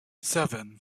seven